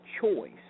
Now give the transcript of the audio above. choice